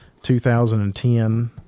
2010